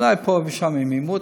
אולי פה ושם לעימות,